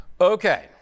okay